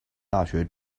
大学